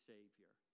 Savior